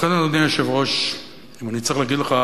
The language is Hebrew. לכן, אדוני היושב-ראש, אם אני צריך להגיד לך,